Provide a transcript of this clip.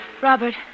Robert